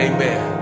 Amen